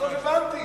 בסוף הבנתי